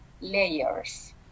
layers